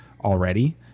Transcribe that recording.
already